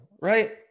right